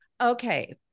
Okay